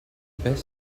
best